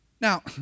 Now